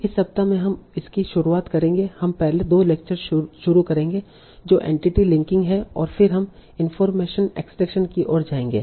इस सप्ताह में हम इसकी शुरुआत करेंगे हम पहले दो लेक्चर शुरू करेंगे जो एंटिटी लिंकिंग है और फिर हम इनफार्मेशन एक्सट्रैक्शन की ओर जाएंगे